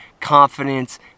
confidence